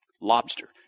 Lobster